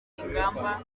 ingamba